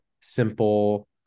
simple